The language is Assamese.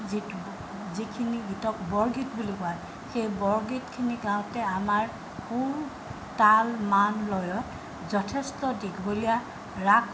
যিটো যিখিনি গীতক বৰগীত বুলি কোৱা যায় সেই বৰগীতখিনি গাওঁতে আমাৰ সুৰ তাল মান লয়ত যথেষ্ট দীঘলীয়া ৰাগ